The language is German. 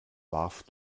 warf